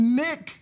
nick